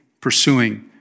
pursuing